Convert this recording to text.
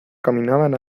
caminaban